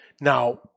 Now